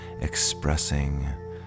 expressing